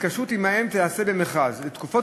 ההתקשרות עמם תיעשה במכרז לתקופות